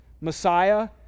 Messiah